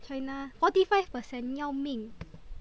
China forty five percent 要命